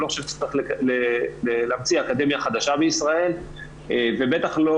אני לא חושב שצריך להמציא אקדמיה חדשה בישראל ובטח לא